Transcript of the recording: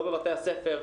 לא בבתי הספר,